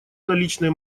наличные